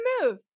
move